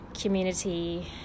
community